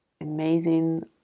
amazing